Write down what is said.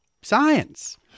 science